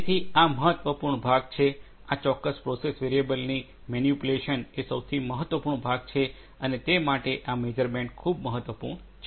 તેથી આ મહત્વપૂર્ણ ભાગ છે આ ચોક્કસ પ્રોસેસ વેરિયેબલની મેનીપ્યુલેશન એ સૌથી મહત્વપૂર્ણ ભાગ છે અને તે માટે આ મેઝરમેન્ટ ખૂબ મહત્વપૂર્ણ છે